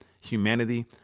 humanity